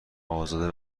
ازاده